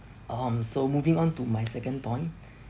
um so moving on to my second point